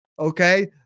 Okay